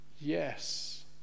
Yes